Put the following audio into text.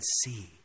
see